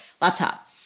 laptop